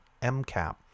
MCAP